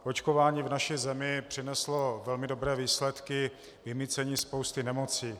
Očkování v naší zemi přineslo velmi dobré výsledky, vymýcení spousty nemocí.